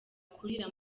kurira